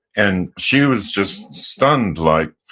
and she was just stunned, like,